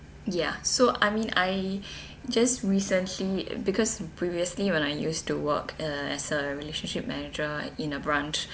ya so I mean I just recently because previously when I used to work uh as a relationship manager in a branch